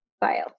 bio